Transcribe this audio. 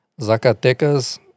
Zacatecas